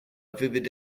vivid